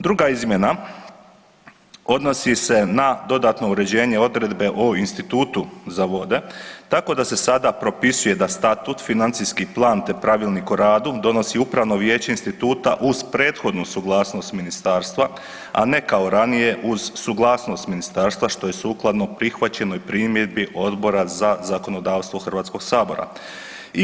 Druga izmjena odnosi se na dodatno uređenje odredbe o Institutu za vode, tako da se sada propisuje da statut, financijski plan te pravilnik o radu donosi Upravno vijeće instituta uz prethodnu suglasnost ministarstva, a ne kao ranije uz suglasnost ministarstva što je sukladno prihvaćenoj primjedbi Odbora za zakonodavstvo HS-a.